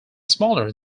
smaller